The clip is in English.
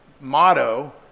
motto